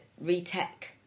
re-tech